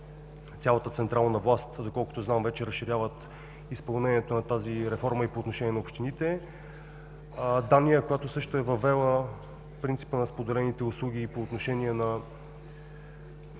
цялата централна власт, доколкото знам, вече разширяват изпълнението на тази реформа и по отношение на общините; Дания, която също е въвела принципа на споделените услуги и по отношение на